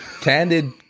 Candid